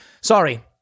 sorry